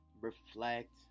Reflect